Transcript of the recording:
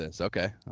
okay